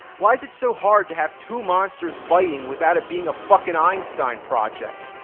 why is it so hard to have two monsters fighting without it being a fucking einstein project?